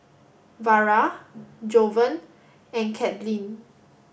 Vara Jovan and Kadyn